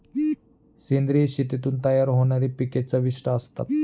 सेंद्रिय शेतीतून तयार होणारी पिके चविष्ट असतात